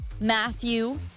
Matthew